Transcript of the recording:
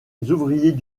ouvriers